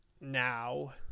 now